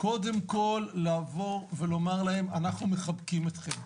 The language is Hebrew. קודם כול לומר להם: אנחנו מחבקים אתכם.